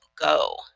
go